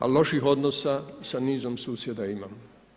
Ali loših odnosa sa nizom susjeda imamo.